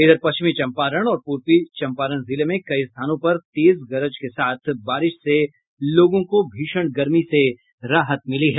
इधर पश्चिमी चंपारण और पूर्वी चंपारण जिले में कई स्थानों पर तेज गरज के साथ बारिश से लोगों को भीषण गर्मी से राहत मिली है